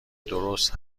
درست